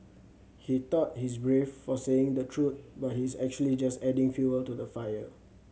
he thought he's brave for saying the truth but he's actually just adding fuel to the fire